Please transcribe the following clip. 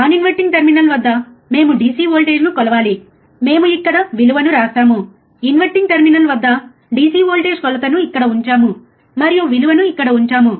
non inverting terminal వద్ద మేము DC వోల్టేజ్ను కొలవాలి మేము ఇక్కడ విలువను రాస్తాము ఇన్వర్టింగ్ టెర్మినల్ వద్ద DC వోల్టేజ్ కొలతను ఇక్కడ ఉంచాము మరియు విలువను ఇక్కడ ఉంచాము